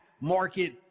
market